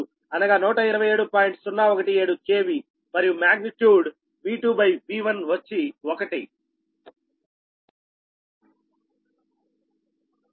017 KV మరియు magnitude V2V1వచ్చి 1